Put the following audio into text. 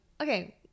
okay